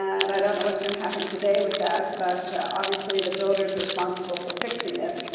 and i don't know what's gonna happen today with that, but obviously the builder's responsible for fixing it,